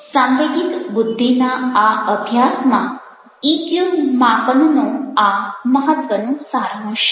સાંવેગિક બુદ્ધિના આ અભ્યાસમાં ઇક્યુ માપનનો આ મહત્વનો સારાંશ છે